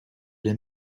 les